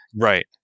Right